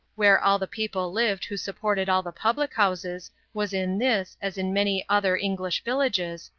where all the people lived who supported all the public houses was in this, as in many other english villages,